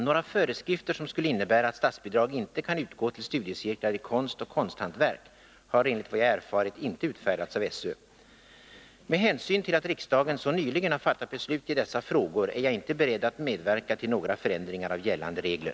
Några föreskrifter som skulle innebära att statsbidrag inte kan utgå till studiecirklar i konst och konsthantverk har enligt vad jag erfarit inte utfärdats av SÖ. Med hänsyn till att riksdagen så nyligen har fattat beslut i dessa frågor är jag inte beredd att medverka till några förändringar av gällande regler.